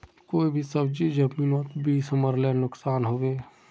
कोई भी सब्जी जमिनोत बीस मरले नुकसान होबे?